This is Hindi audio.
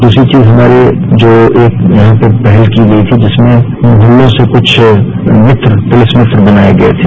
दूसरी चीज हमारे जो एक यहां की पहल की गई थी जिसमें मुहल्लों से कुछ मित्र पुलिस मित्र बनाये गये थे